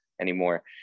anymore